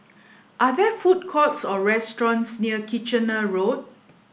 are there food courts or restaurants near Kitchener Road